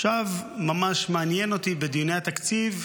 עכשיו, ממש מעניין אותי, בדיוני התקציב,